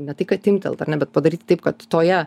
ne tai kad timptelt ar ne bet padaryti taip kad toje